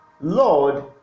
Lord